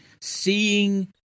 seeing